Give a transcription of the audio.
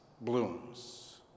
blooms